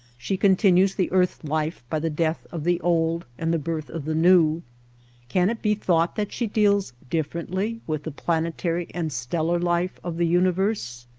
she continues the earth-life by the death of the old and the birth of the new can it be thought that she deals differently with the planetary and stellar life of the universe?